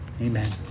Amen